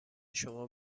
شما